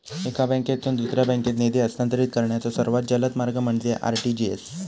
एका बँकेतून दुसऱ्या बँकेत निधी हस्तांतरित करण्याचो सर्वात जलद मार्ग म्हणजे आर.टी.जी.एस